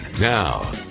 Now